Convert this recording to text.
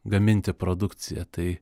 gaminti produkciją tai